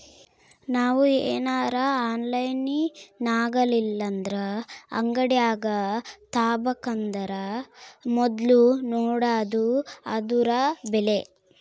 ನಾವು ಏನರ ಆನ್ಲೈನಿನಾಗಇಲ್ಲಂದ್ರ ಅಂಗಡ್ಯಾಗ ತಾಬಕಂದರ ಮೊದ್ಲು ನೋಡಾದು ಅದುರ ಬೆಲೆ